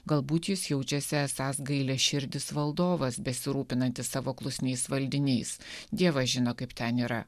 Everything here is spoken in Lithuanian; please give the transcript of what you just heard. galbūt jis jaučiasi esąs gailiaširdis valdovas besirūpinantis savo klusniais valdiniais dievas žino kaip ten yra